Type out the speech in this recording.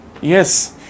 Yes